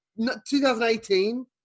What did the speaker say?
2018